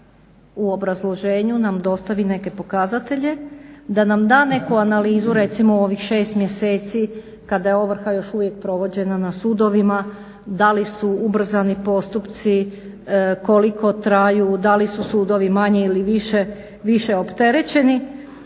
u obrazloženjima nam dostavi neke pokazatelje, da nam da neku analizu recimo ovih 6 mjeseci kada je ovrha još uvijek provođena na sudovima, da li su ubrzani postupci, koliko traju, da li su sudovi manje ili više opterećeni.